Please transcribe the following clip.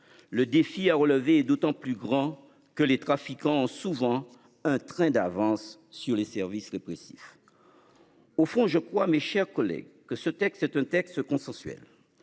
Le défi à relever est d'autant plus grand que les trafiquants souvent un train d'avance sur les services répressifs. Au fond, je crois, mes chers collègues, que ce texte est un texte consensuel.